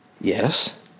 Yes